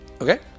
Okay